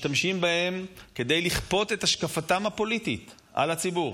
משתמשים בהם כדי לכפות את השקפתם הפוליטית על הציבור.